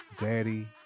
Daddy